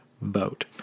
vote